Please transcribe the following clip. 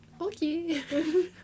okay